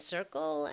Circle